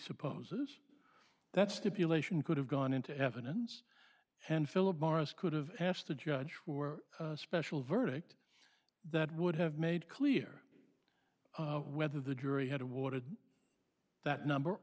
presupposes that stipulation could have gone into evidence and philip morris could have asked the judge were special verdict that would have made clear whether the jury had awarded that number